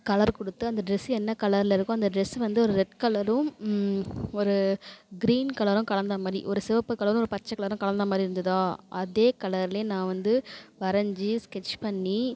colour கொடுத்து அந்த dress என்ன கலரில் இருக்கோ அந்த ட்ரெஸ்ஸு வந்து ஒரு ரெட் கலரும் ஒரு க்ரீன் கலரும் கலந்த மாதிரி ஒரு சிவப்பு கலரும் ஒரு பச்சை கலரும் கலந்த மாதிரி இருந்துதால் அதே கலரில் நான் வந்து வரைஞ்சி ஸ்கெட்ச் பண்ணி